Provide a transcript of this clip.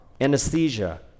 anesthesia